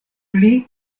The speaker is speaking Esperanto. pli